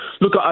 Look